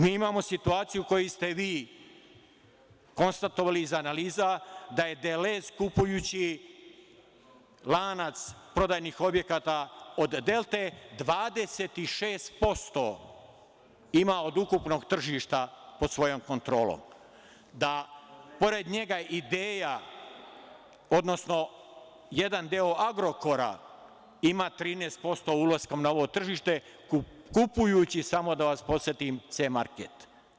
Mi imamo situaciju u kojoj ste vi konstatovali iz analiza da je „Delez“ kupujući lanac prodajnih objekata od „Delte“ 26% imao od ukupnog tržišta pod svojom kontrolom, da pored njega „Ideja“, odnosno jedan deo „Agrokora“ ima 13% ulaskom na ovo tržište, kupujući, samo da vas podsetim, „C market“